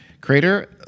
Crater